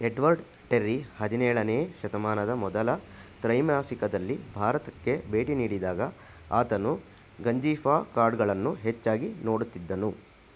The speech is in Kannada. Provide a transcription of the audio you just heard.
ಎಡ್ವರ್ಡ್ ಟೆರ್ರಿ ಹದಿನೇಳನೆ ಶತಮಾನದ ಮೊದಲ ತ್ರೈಮಾಸಿಕದಲ್ಲಿ ಭಾರತಕ್ಕೆ ಭೇಟಿ ನೀಡಿದಾಗ ಆತನು ಗಂಜಿಫಾ ಕಾಡುಗಳನ್ನು ಹೆಚ್ಚಾಗಿ ನೋಡುತ್ತಿದ್ದನು